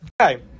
Okay